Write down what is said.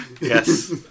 Yes